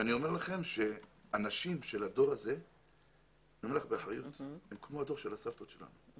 אני אומר לכם שהנשים של הדור הזה הן כמו הדור של הסבתות שלנו.